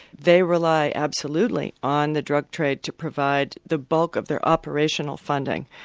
they rely absolutely on the drug trade to provide the bulk of the operational funding.